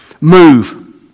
move